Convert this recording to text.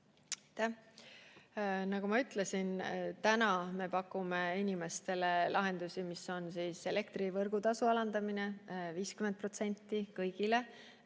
Nagu ma ütlesin, täna me pakume inimestele lahendusi, mis on elektrivõrgutasu alandamine 50% kõigile,